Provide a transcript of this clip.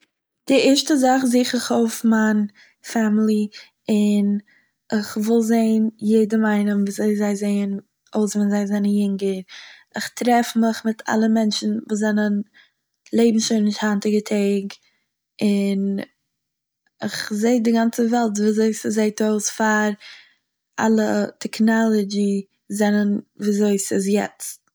די ערשטע זאך זיך איך אויף מיין פעמילי און איך וויל זען יעדעם איינעם וואו אזוי זיי זעען אויס ווען זיי זענען יונגער. איך טרעף מיך מיט אלע מענטשן וואס זענען לעבן שוין נישט היינטיגע טעג און איך זע די גאנצע וועלט וואו אזוי ס׳זעט אויס פאר אלע טעקנאלעדזשי זענען וואו אזוי ס׳איז יעצט.